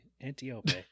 Antiope